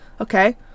Okay